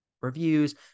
reviews